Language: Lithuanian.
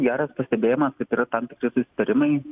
geras pastebėjimas taip yra tam tikri susitarimai